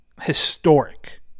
historic